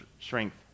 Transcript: strength